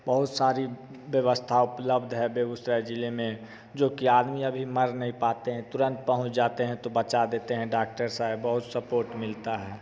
बहुत सारी व्यवस्था उपलब्ध है बेगूसराय जिले में जो कि आदमी अभी मर नहीं पाते हैं तुरंत पहुँच जाते हैं तो बचा देते हैं डॉक्टर साहब बहुत सपोर्ट मिलता है